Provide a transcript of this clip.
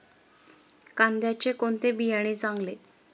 कांद्याचे कोणते बियाणे चांगले?